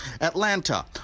Atlanta